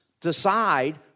decide